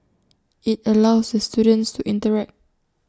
IT allows the students to interact